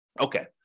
Okay